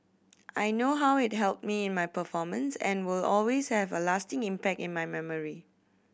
I know how it helped me in my performance and will always have a lasting impact in my memory